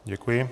Děkuji.